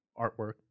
artwork